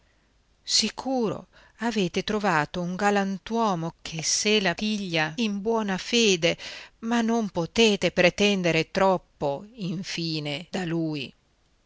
sicuro avete trovato un galantuomo che se la piglia in buona fede ma non potete pretendere troppo infine da lui